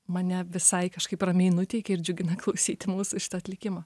mane visai kažkaip ramiai nuteikia ir džiugina klausyti mūsų atlikimą